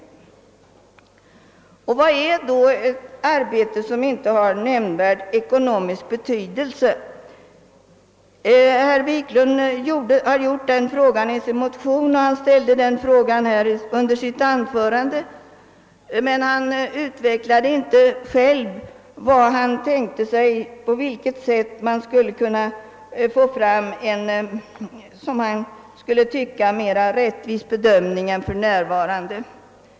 Vad är då »arbete som inte har nämnvärd ekonomisk betydelse»? Herr Wiklund har berört den frågan i sin motion och han ställde den även under sitt anförande här, men han utvecklade inte själv vad han tänkte sig eller på vilket sätt man skulle kunna få fram en, som han skulle tycka, mera rättvis bestämning av begreppet än för närvarande.